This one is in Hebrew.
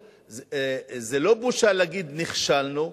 זה לא בושה להגיד: נכשלנו,